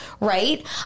right